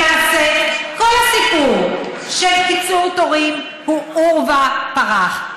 למעשה כל הסיפור של קיצור תורים הוא עורבא פרח.